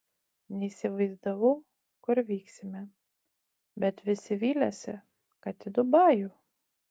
neįsivaizdavau kur vyksime bet visi vylėsi kad į dubajų